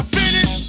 finish